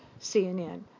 CNN